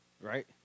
right